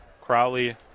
Crowley